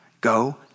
Go